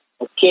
Okay